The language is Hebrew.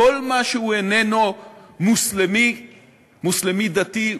כל מה שאיננו מוסלמי דתי,